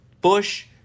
Bush